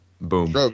boom